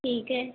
ठीक है